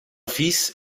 fils